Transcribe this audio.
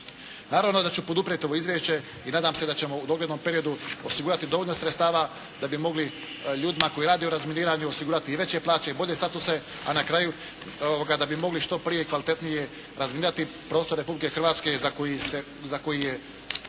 Naravno da ću poduprijeti ovo izvješće i nadam se da ćemo u doglednom periodu osigurati dovoljno sredstava da bi mogli ljudima koji rade u razminiranju osigurati i veće plaće i bolje statuse, a na kraju da bi mogli što prije i kvalitetnije razminirati prostor Republike Hrvatske za koji je